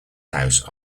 house